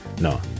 no